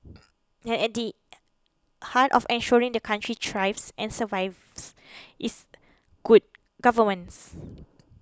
and at the heart of ensuring the country thrives and survives is good governance